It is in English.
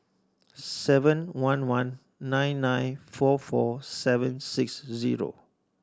seven one one nine nine four four seven six zero